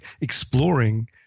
exploring